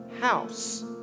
house